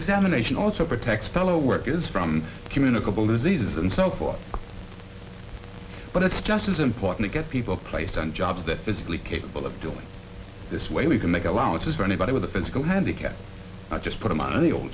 examination also protects teleworkers from communicable diseases and so forth but it's just as important to get people placed on jobs that physically capable of doing this way we can make allowances for anybody with a physical handicap not just put